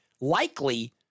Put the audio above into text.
likely